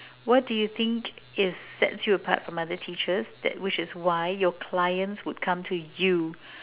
what do you think it sets you apart from other teachers that which is why your clients will come to you